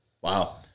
Wow